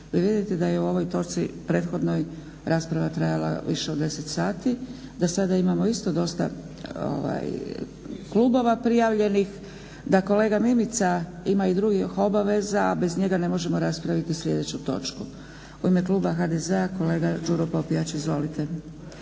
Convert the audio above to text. vidite da je o ovoj točci prethodnoj rasprava trajala više od 10 sati, da sada imamo isto dosta klubova prijavljenih, da kolega Mimica ima i drugih obaveza, a bez njega ne možemo raspraviti sljedeću točku. U ime kluba HDZ-a kolega Đuro Popijač. Izvolite.